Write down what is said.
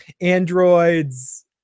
Androids